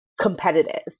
competitive